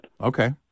Okay